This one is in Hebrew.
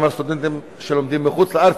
גם הסטודנטים שלומדים בחוץ-לארץ,